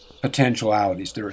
potentialities